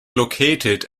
located